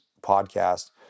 podcast